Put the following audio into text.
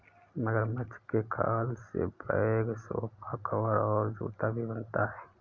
मगरमच्छ के खाल से बैग सोफा कवर और जूता भी बनता है